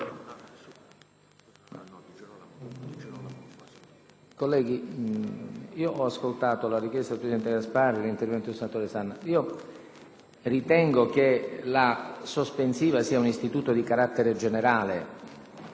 Colleghi, ho ascoltato la richiesta del presidente Gasparri e l'intervento del senatore Sanna. Ritengo che la questione sospensiva sia un istituto di carattere generale,